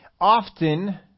often